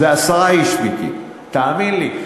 עשרה איש, מיקי, תאמין לי.